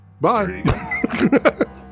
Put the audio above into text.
Bye